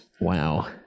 Wow